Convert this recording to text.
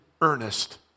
earnest